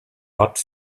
hat